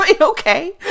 okay